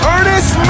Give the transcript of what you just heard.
Ernest